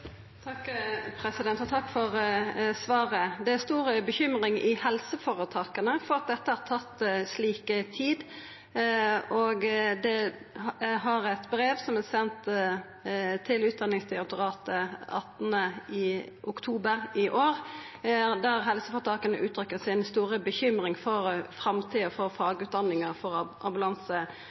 Takk for svaret. Det er stor bekymring i helseføretaka for at dette har tatt så lang tid. Eg har eit brev som er sendt til Utdanningsdirektoratet 18. oktober i år, der helseføretaka uttrykkjer si store bekymring for framtida for fagutdanninga for